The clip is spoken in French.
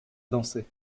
danser